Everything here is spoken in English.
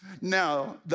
Now